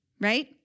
right